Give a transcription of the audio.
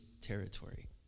territory